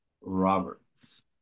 Roberts